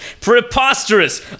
preposterous